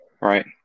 right